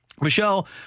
Michelle